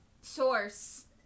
source